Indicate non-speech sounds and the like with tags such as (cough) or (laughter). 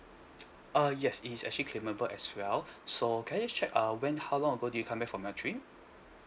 (noise) uh yes it is actually claimable as well so can I just check uh when how long ago did you come back from your trip